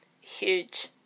Huge